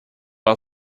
are